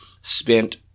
spent